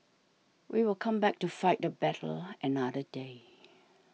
we will come back to fight the battle another day